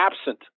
absent